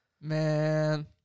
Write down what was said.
Man